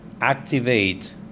activate